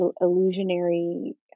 illusionary